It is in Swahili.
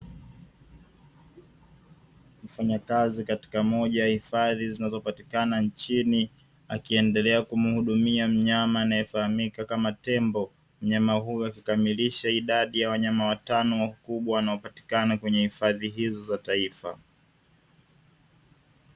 Mfanyakazi katika moja hifadhi zinazopatikana nchini, akiendelea kumhudumia mnyama anayefahamika kama tembo. Mnyama huyu akikamilisha idadi ya wanyama wengine watano wakubwa wanaopatikana kwenye hifadhi hizo za taifa.